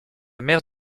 mère